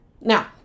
Now